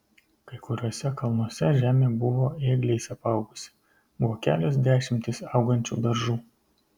kai kuriuose kalnuose žemė buvo ėgliais apaugusi buvo kelios dešimtys augančių beržų